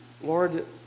Lord